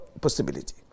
possibility